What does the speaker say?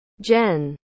Jen